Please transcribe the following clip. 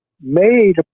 made